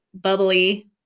bubbly